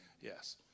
Yes